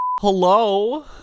hello